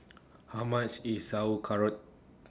How much IS Sauerkraut